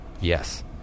yes